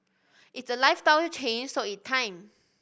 it's a lifestyle change so it time